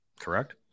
Correct